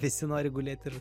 visi nori gulėt ir